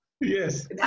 Yes